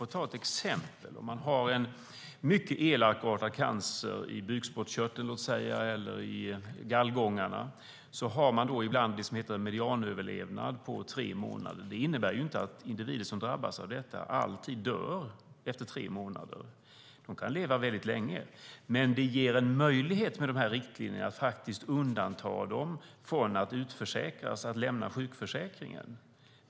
Låt mig ta ett exempel: Om man har mycket elakartad cancer i bukspottskörteln eller i gallgångarna har man ibland det som heter medianöverlevnad på tre månader. Det innebär inte att individer som drabbas av detta alltid dör efter tre månader. De kan leva väldigt länge. Men riktlinjerna erbjuder en möjlighet att undanta dem från att utförsäkras, från att lämna sjukförsäkringen.